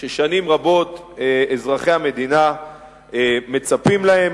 ששנים רבות אזרחי המדינה מצפים להם.